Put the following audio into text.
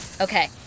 Okay